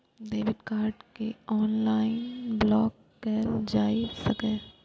debit card कें online block कैल जा सकैए